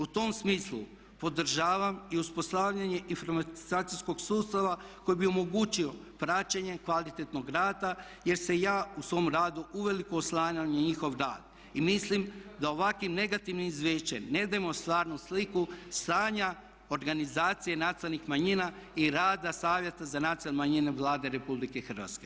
U tom smislu podržavam i uspostavljanje informatizacijskog sustava koji bi omogućio praćenje kvalitetnog rada jer se ja u svom radu uveliko oslanjam na njihov rad i mislim da ovakvim negativnim izvješćem ne dajemo stvarnu sliku stanja, organizacije nacionalnih manjina i rada Savjeta za nacionalne manjine Vlade Republike Hrvatske.